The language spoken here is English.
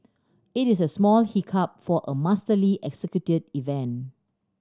it is a small hiccup for a masterly executed event